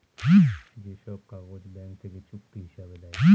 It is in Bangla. যে সব কাগজ ব্যাঙ্ক থেকে চুক্তি হিসাবে দেয়